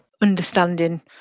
understanding